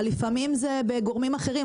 אבל לפעמים זה גורמים אחרים.